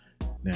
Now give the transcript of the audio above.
Now